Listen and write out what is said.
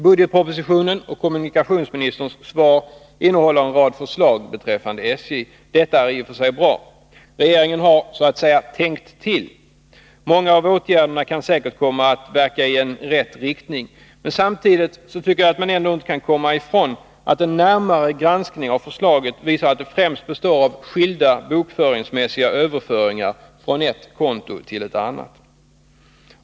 Budgetpropositionen och kommunikationsministerns svar innehåller en rad förslag beträffande SJ. Detta är i och för sig bra. Regeringen har så att säga ”tänkt till”. Många av åtgärderna kan säkert komma att verka i rätt riktning. Men samtidigt kan man ändå inte komma ifrån att en närmare granskning av förslaget visar att det främst består av skilda bokföringsmäs siga överföringar från ett konto till ett annat.